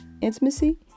intimacy